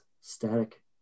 static